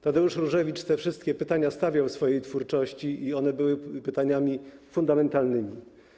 Tadeusz Różewicz te wszystkie pytania stawiał w swojej twórczości i one były pytaniami fundamentalnymi.